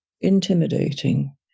intimidating